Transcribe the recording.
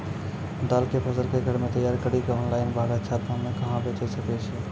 दाल के फसल के घर मे तैयार कड़ी के ऑनलाइन बाहर अच्छा दाम मे कहाँ बेचे सकय छियै?